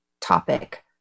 topic